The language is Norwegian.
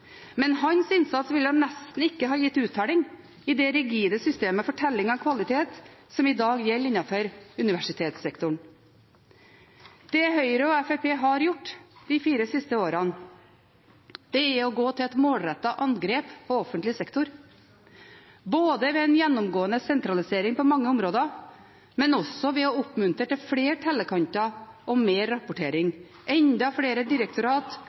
men hans innsats ville nesten ikke ha gitt uttelling i det rigide systemet for telling av kvalitet som i dag gjelder innenfor universitetssektoren. Det Høyre og Fremskrittspartiet har gjort de fire siste årene, er å gå til et målrettet angrep på offentlig sektor, både ved en gjennomgående sentralisering på mange områder og ved å oppmuntre til flere tellekanter og mer rapportering, enda flere